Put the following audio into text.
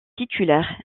titulaire